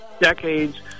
decades